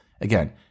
Again